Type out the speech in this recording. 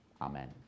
Amen